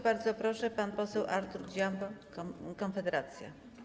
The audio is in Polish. Bardzo proszę, pan poseł Artur Dziambor, Konfederacja.